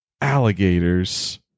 alligators